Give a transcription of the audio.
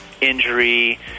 injury